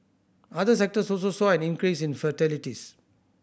other sectors also saw an increase in fatalities